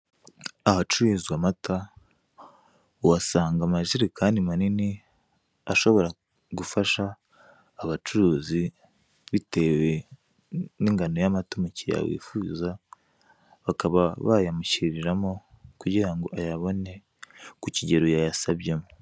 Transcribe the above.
Ahacuruzwa amata uhasanga amajerekani manini ashobora gufasha abacuruzi bitewe n'ingano y'amata umikiriya yifuza, bakaba bayamushyiriramo kugira ngo ayabone ku kigero yayasabyemo.